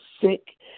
sick